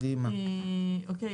אוקיי,